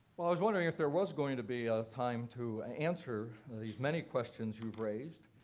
was wondering if there was going to be time to answer these many questions you've raised.